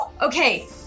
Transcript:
Okay